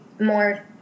more